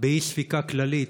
באי-ספיקה כללית,